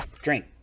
drink